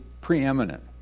preeminent